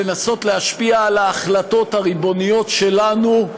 לנסות להשפיע על ההחלטות הריבוניות שלנו,